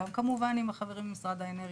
גם כמובן עם החברים ממשרד האנרגיה.